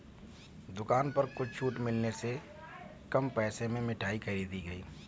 दुकान पर छूट मिलने से कम पैसे में मिठाई खरीदी गई